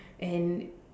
and